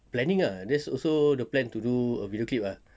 planning ah there's also the plan to do a video clip ah